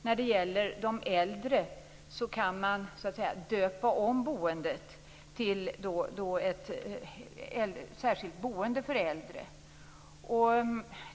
När det gäller de äldre kan man "döpa om" boendet till särskilt boende för äldre.